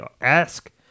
ask